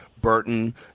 Burton